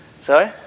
Sorry